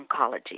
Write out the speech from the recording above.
oncology